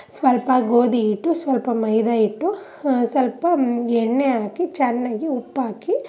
ಸ್ವಲ್ಪ ಗೋಧಿ ಹಿಟ್ಟು ಸ್ವಲ್ಪ ಮೈದಾ ಹಿಟ್ಟು ಹಾಂ ಸ್ವಲ್ಪ ಎಣ್ಣೆ ಹಾಕಿ ಚೆನ್ನಾಗಿ ಉಪ್ಪಾಕಿ